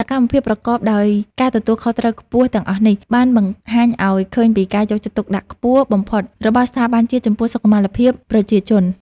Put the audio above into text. សកម្មភាពប្រកបដោយការទទួលខុសត្រូវខ្ពស់ទាំងអស់នេះ បានបង្ហាញឱ្យឃើញពីការយកចិត្តទុកដាក់ខ្ពស់បំផុតរបស់ស្ថាប័នជាតិចំពោះសុខុមាលភាពប្រជាជន។